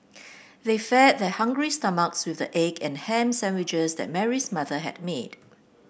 they fed their hungry stomachs with the egg and ham sandwiches that Mary's mother had made